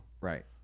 Right